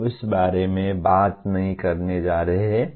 हम उस बारे में बात नहीं करने जा रहे हैं